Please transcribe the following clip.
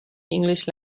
english